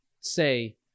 say